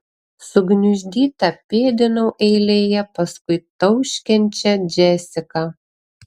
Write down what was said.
sugniuždyta pėdinau eilėje paskui tauškiančią džesiką